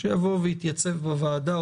שיבוא ויתייצב בוועדה,